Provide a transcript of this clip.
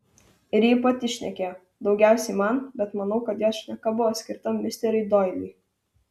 ir ji pati šnekėjo daugiausiai man bet manau kad jos šneka buvo skirta misteriui doiliui